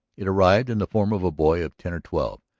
it arrived in the form of a boy of ten or twelve,